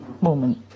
moment